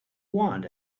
want